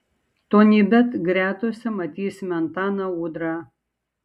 tonybet gretose matysime antaną udrą